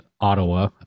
Ottawa